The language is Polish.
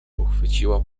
pochwyciła